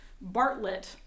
Bartlett